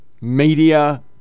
media